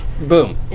Boom